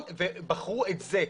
ובחרו את זה.